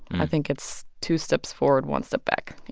i think it's two steps forward, one step back you